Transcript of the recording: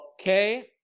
Okay